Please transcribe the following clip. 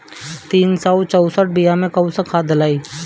तीन सउ चउसठ बिया मे कौन खाद दलाई?